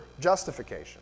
justification